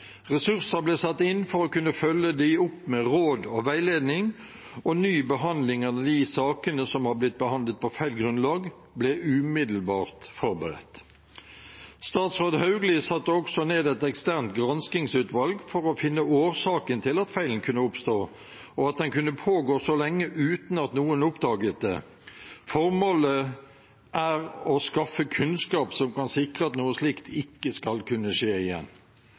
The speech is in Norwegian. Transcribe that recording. Ressurser ble satt inn for å kunne følge dem opp med råd og veiledning, og ny behandling av de sakene som har blitt behandlet på feil grunnlag, ble umiddelbart forberedt. Statsråd Hauglie satte også ned et eksternt granskingsutvalg for å finne årsaken til at feilen kunne oppstå, og at den kunne pågå så lenge uten at noen oppdaget det. Formålet er å skaffe kunnskap som kan sikre at noe slikt ikke skal kunne skje igjen.